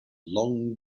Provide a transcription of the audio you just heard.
long